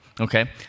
okay